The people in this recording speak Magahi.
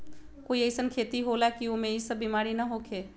कोई अईसन खेती होला की वो में ई सब बीमारी न होखे?